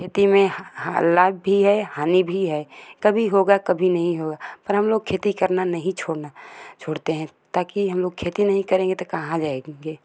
खेती में लाभ भी है हानि भी है कभी होगा कभी नहीं होगा पर हम लोग खेती करना नहीं छोड़ना छोड़ते हैं ताकि हम लोग खेती नहीं करेंगे तो कहाँ जाएंगे